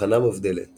אבחנה מבדלת